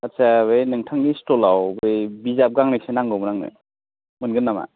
आदसा बे नोंथांनि सिट'लाव बै बिजाब गांनैसो नांगौमोन आंनो मोनगोन नामा